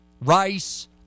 Rice